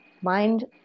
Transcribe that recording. mind